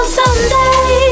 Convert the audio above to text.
someday